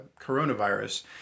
coronavirus